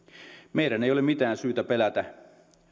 meidän ei ole mitään syytä pelätä